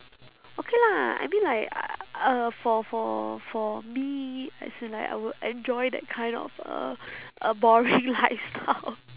okay lah I mean like uh for for for me as in like I would enjoy that kind of uh uh boring lifestyle